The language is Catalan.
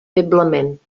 feblement